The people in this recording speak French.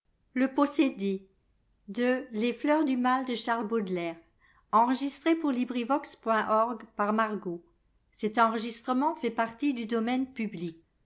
les fleurs du mal ne